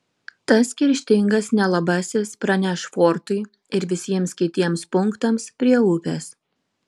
tas kerštingas nelabasis praneš fortui ir visiems kitiems punktams prie upės